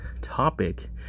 topic